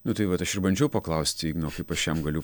nu tai vat aš ir bandžiau paklausti igno kaip aš jam galiu